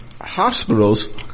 hospitals